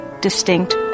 distinct